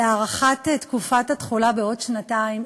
להארכת תקופת התחולה בעוד שנתיים,